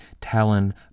Talon